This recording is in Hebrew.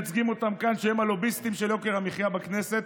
כאן, שהם הלוביסטים של יוקר המחיה בכנסת,